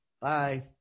Bye